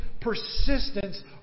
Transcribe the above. persistence